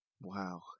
Wow